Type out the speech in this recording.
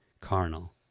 carnal